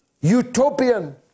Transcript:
utopian